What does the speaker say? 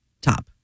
top